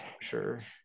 Sure